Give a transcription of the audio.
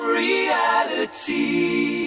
reality